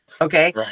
Okay